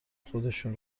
خودشون